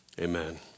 amen